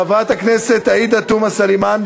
חברת הכנסת עאידה תומא סלימאן,